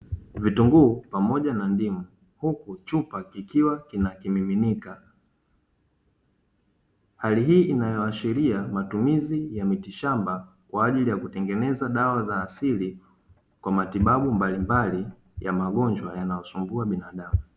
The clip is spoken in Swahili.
Vitunguu pamoja na ndimu, huku chupa kikiwa kina kimiminika, hali hii inayoashiria matumizi ya miti shamba, kwa ajili ya kutengeneza dawa za asili, kwa matibabu mbalimbali ya magonjwa yanayosumbua binadamu.